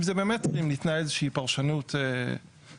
אם זה במטרים ניתנה איזשהו פרשנות של